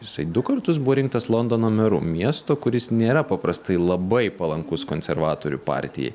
jisai du kartus buvo rinktas londono meru miesto kuris nėra paprastai labai palankus konservatorių partijai